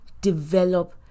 develop